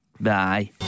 Bye